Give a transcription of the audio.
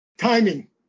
Timing